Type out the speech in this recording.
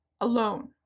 alone